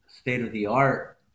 state-of-the-art